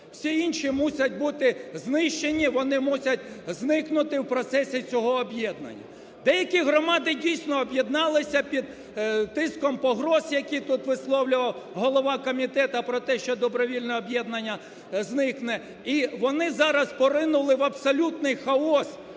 Всі інші мусять бути знищені, вони мусять зникнути в процесі цього об'єднання. Деякі громади дійсно об'єдналися під тиском погроз, які тут висловлював голова комітету про те, що добровільне об'єднання зникне і вони зараз поринули в абсолютний хаос,